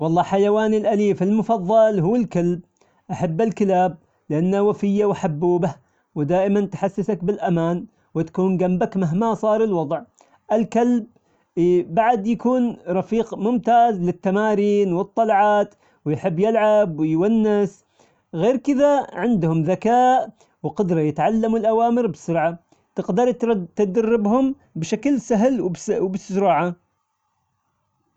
والله حيواني الأليف المفضل هو الكلب، أحب الكلاب لأنه وفية وحبوبة، ودائما تحسسك بالأمان وتكون جنبك مهما صار الوضع. الكلب بعد يكون رفيق ممتاز للتمارين والطلعات، ويحب يلعب ويونس، غير كدا عندهم ذكاء وقدرة يتعلموا الأوامر بسرعة، تقدر تد- تدربهم بشكل سهل وبس- وبسرعة.